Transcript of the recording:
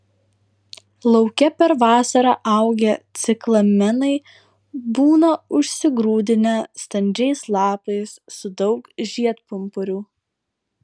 lauke per vasarą augę ciklamenai būna užsigrūdinę standžiais lapais su daug žiedpumpurių